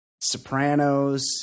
Sopranos